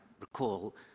recall